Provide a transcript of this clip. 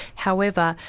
however,